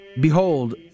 Behold